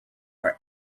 are